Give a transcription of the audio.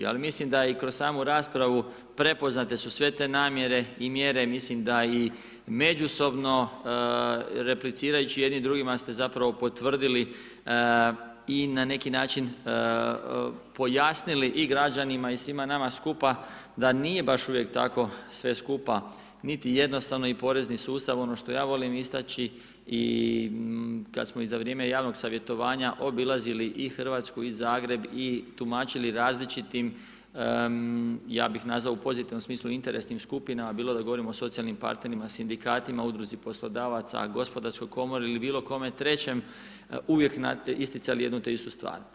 Ali mislim da i kroz samu raspravu prepoznate su sve te namjere i mjere i mislim da i međusobno replicirajući jedni drugima ste zapravo potvrdili i na neki način pojasnili i građanima i svima nama skupa da nije baš uvijek tako sve skupa niti jednostavno i porezni sustav, ono što ja volim istaći i kada smo i za vrijeme javnog savjetovanja obilazili i Hrvatsku i Zagreb i tumačili različitim, ja bih nazvao u pozitivnom smislu interesnim skupinama bilo da govorimo o socijalnim partnerima, sindikatima, udruzi poslodavaca, gospodarskoj komori ili bilo kome trećem, uvijek isticali jedno te istu stvar.